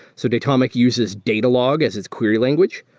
so datomic uses datalog as its query language.